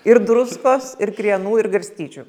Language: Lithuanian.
ir druskos ir krienų ir garstyčių